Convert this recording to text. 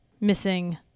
missing